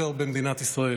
ישראל,